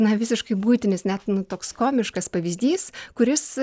na visiškai buitinis net nu toks komiškas pavyzdys kuris